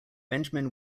benjamin